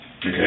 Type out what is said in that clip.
Okay